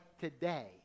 today